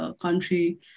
country